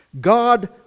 God